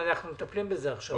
אנחנו מטפלים בזה עכשיו.